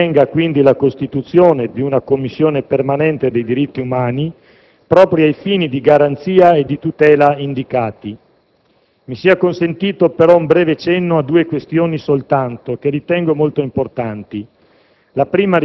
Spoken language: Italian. Ben venga, quindi, la costituzione di una Commissione permanente per i diritti umani, proprio ai fini di garanzia e tutela indicati. Mi sia consentito però un breve cenno a due questioni che ritengo molto importanti